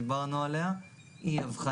אם היית צודקת וכל הבעיה הייתה בקביעת ההנחה